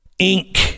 Inc